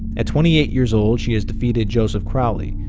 at twenty eight years old, she has defeated joseph crowley,